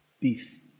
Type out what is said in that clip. beef